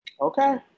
Okay